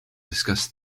discuss